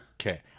Okay